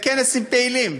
לכנס עם פעילים,